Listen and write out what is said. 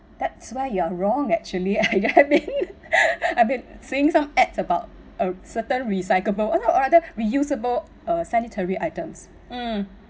that's why you are wrong actually yeah maybe I've been seeing some ads about a certain recyclable reusable uh sanitary items mm